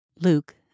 Luke